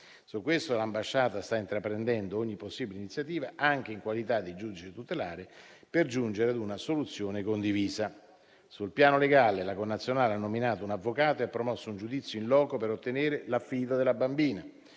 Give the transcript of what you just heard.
Sul punto l'ambasciata sta intraprendendo ogni possibile iniziativa anche in qualità di giudice tutelare per giungere a una soluzione condivisa. Sul piano legale la connazionale ha nominato un avvocato e promosso un giudizio *in loco* per ottenere l'affido della bambina.